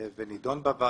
זה נידון בוועדות,